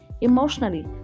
emotionally